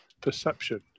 Perception